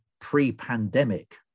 pre-pandemic